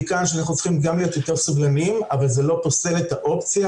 מכאן שאנחנו צריכים גם להיות יותר סובלניים אבל זה לא פוסל את האופציה